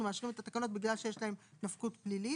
מאשרים את התקנות בגלל שיש להם נפקות פלילית.